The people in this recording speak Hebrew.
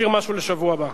תשאיר משהו לשבוע הבא.